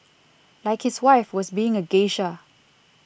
like his wife was being a geisha